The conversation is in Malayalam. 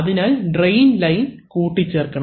അതിനാൽ ട്രയിൻ ലൈൻ കൂട്ടിച്ചേർക്കണം